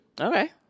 Okay